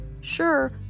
Sure